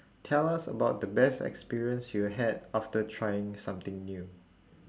tell us about the best experience you had after trying something new